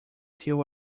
till